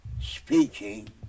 speaking